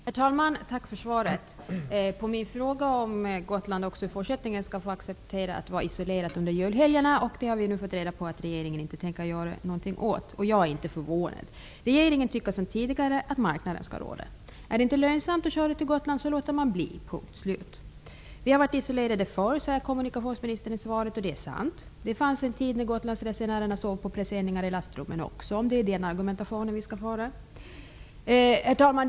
Herr talman! Jag tackar kommunikationsministern för svaret. På min fråga om Gotland också i fortsättningen måste acceptera att vara isolerat under julhelgerna har vi nu fått svaret att regeringen inte tänker göra någonting åt den saken. Jag är inte förvånad. Regeringen tycker, liksom tidigare, att marknaden skall råda. Är det inte lönsamt att köra till Gotland så låter man bli. Punkt och slut. Vi har varit isolerade förr, sade kommunikationsministern i svaret. Det är sant. Det fanns också en tid när Gotlandsresenärerna sov på presenningar i lastrummen -- om nu det är den argumentation vi skall få höra. Herr talman!